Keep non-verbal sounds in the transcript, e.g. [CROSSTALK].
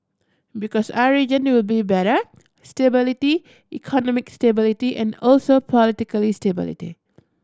because our region will be better stability economic stability and also political [UNINTELLIGIBLE] stability